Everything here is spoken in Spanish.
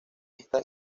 esta